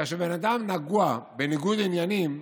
כאשר בן אדם נגוע בניגוד עניינים,